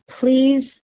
please